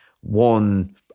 one